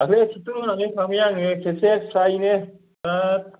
दाखालै ट्रेकटर एवनानै होखांबाय आङो खेबसे स्रायनो